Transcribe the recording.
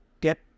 get